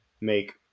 make